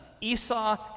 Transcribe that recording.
Esau